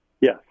Yes